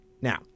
Now